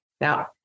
Now